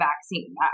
vaccine